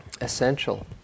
essential